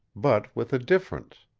but with a difference.